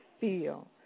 feel